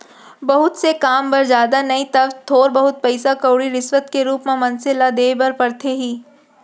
बहुत से काम बर जादा नइ तव थोर बहुत पइसा कउड़ी रिस्वत के रुप म मनसे ल देय बर परथे ही